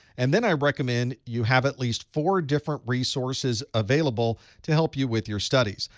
and then i recommend you have at least four different resources available to help you with your studies.